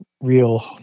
real